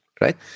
Right